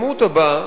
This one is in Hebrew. העימות הבא,